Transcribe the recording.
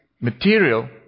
material